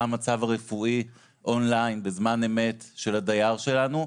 המצב הרפואי און-ליין בזמן אמת של הדייר שלנו,